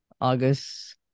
august